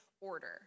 order